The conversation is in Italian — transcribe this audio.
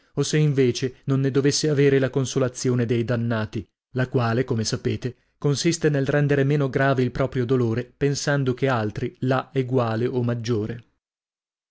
o se invece non ne dovesse avere la consolazione dei dannati la quale come sapete consiste nel rendere meno grave il proprio dolore pensando che altri l'ha eguale o maggiore